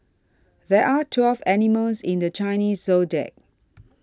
there are twelve animals in the Chinese zodiac